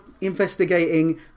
investigating